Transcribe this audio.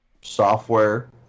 software